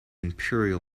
imperial